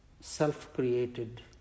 self-created